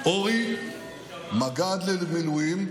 אורי מג"ד במילואים,